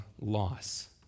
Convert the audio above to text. loss